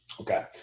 Okay